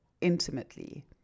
intimately